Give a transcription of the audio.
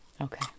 okay